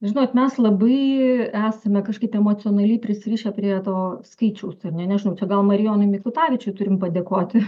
žinot mes labai esame kažkaip emocionaliai prisirišę prie to skaičiaus ar ne nežinau čia gal marijonui mikutavičiui turim padėkoti